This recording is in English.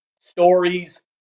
stories